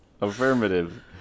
Affirmative